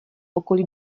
okolí